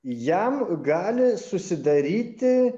jam gali susidaryti